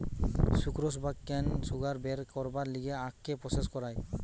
sucrose বা cane sugar বের করবার লিগে আখকে প্রসেস করায়